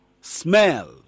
smell